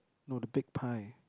no the big pie